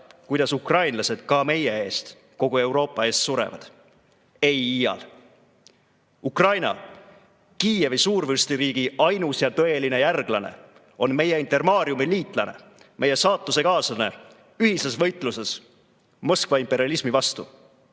kuidas ukrainlased ka meie eest, kogu Euroopa ees surevad? Ei iial! Ukraina, Kiievi suurvürstiriigi ainus ja tõeline järglane, on meie Intermariumi-liitlane, meie saatusekaaslane ühises võitluses Moskva imperialismi vastu.